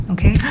Okay